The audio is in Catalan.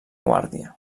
guàrdia